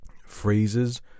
phrases